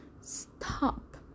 stop